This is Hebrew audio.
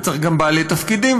וצריך גם בעלי תפקידים,